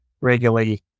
regularly